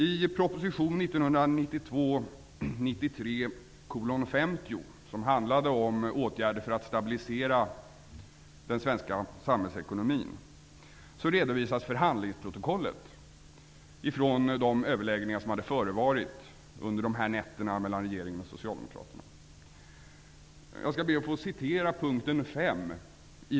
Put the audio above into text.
I proposition 1992/93:50, som handlade om åtgärder för att stabilisera den svenska samhällsekonomin, redovisas förhandlingsprotokollet från de överläggningar som hade förevarit med Socialdemokraterna under de här nätterna.